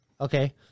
okay